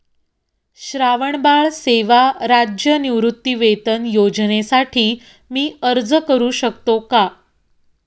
श्रावणबाळ सेवा राज्य निवृत्तीवेतन योजनेसाठी मी अर्ज करू शकतो का?